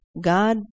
God